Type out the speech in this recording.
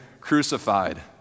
crucified